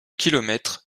kilomètres